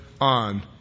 on